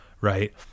right